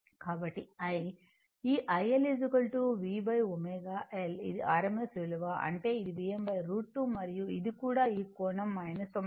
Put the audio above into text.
కాబట్టి I ఈ iL V ωL ఇది rms విలువ అంటే ఇది Vm √ 2 మరియు ఇది కూడా ఈ కోణం 90o